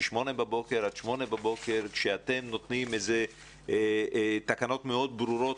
מ-08:00 08:00 כשאתם נותנים תקנות מאוד ברורות